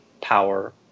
power